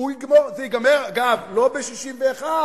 זה ייגמר אגב לא ב-61,